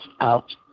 out